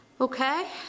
okay